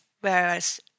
Whereas